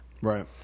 Right